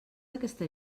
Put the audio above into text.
aquesta